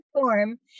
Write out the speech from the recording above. form